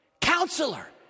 Counselor